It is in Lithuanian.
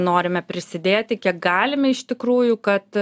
norime prisidėti kiek galime iš tikrųjų kad